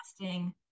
testing